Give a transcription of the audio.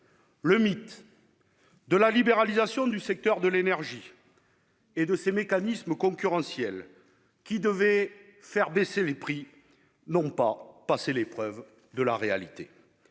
Le mythe de la libéralisation du secteur de l'énergie et de ses mécanismes concurrentiels, qui devaient faire baisser les prix, n'a pas passé l'épreuve de la réalité.